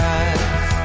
eyes